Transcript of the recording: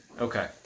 Okay